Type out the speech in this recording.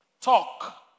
Talk